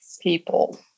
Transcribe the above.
people